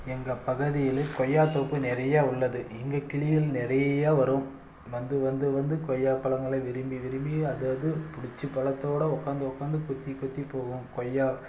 எங்கள் பகுதியில் கொய்யாத் தோப்பு நிறையா உள்ளது இங்கே கிளிகள் நிறைய வரும் வந்து வந்து வந்து கொய்யாப் பழங்களை விரும்பி விரும்பி அது அது பிடிச்ச பழத்தோடு உட்காந்து உட்காந்து கொத்தி கொத்தி போகும் கொய்யா